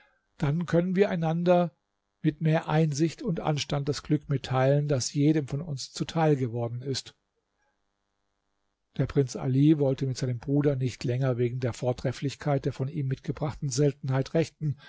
dann können wir einander mit mehr einsicht und anstand das glück mitteilen das jedem von uns zuteil geworden ist der prinz ali wollte mit seinem bruder nicht länger wegen der vortrefflichkeit der von ihm mitgebrachten seltenheit rechten